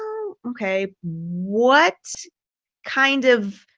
okay, what kind of,